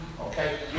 Okay